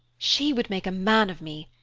she would make a man of me.